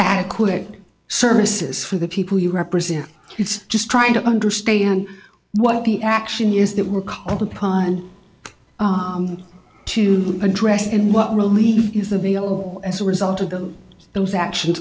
adequate services for the people you represent it's just trying to understand what the action is that we're called upon to address and what really is available as a result of the those actions